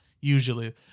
Usually